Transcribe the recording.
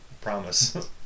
promise